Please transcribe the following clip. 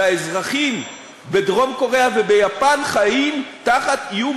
והאזרחים בדרום-קוריאה וביפן חיים תחת איום